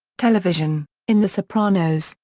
television in the sopranos,